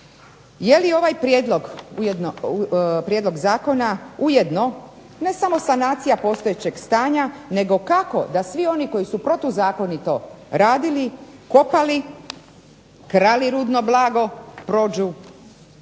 Je li ovaj prijedlog zakona ujedno ne samo sanacija postojećeg stanja nego kako da svi oni koji su protuzakonito radili, kopali, krali rudno blago prođu